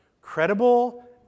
Credible